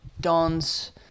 Don's